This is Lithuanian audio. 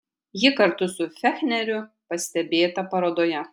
ji kartu su fechneriu pastebėta parodoje